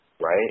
Right